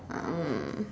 um